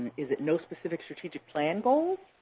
is it no specific strategic plan goal,